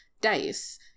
dice